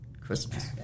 Christmas